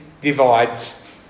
divides